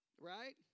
right